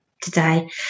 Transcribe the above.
today